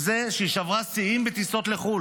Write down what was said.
והוא שהיא שברה שיאים בטיסות לחו"ל.